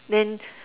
then